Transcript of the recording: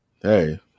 Hey